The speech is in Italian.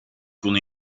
con